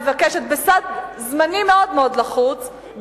מבקשת בסד זמנים מאוד מאוד לחוץ,